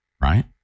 right